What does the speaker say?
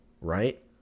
right